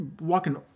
walking